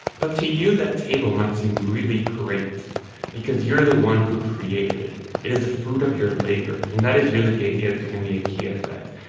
but to you, that table might seem really great because you're the one who created it. it is the fruit of your labor, and that is really the idea behind the ikea effect.